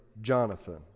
Jonathan